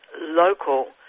local